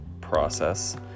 process